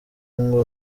ngo